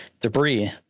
debris